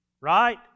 right